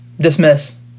dismiss